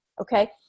okay